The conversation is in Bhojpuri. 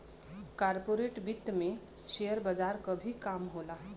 कॉर्पोरेट वित्त में शेयर बजार क भी काम होला